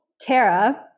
Tara